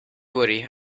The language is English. worry